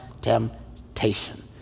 temptation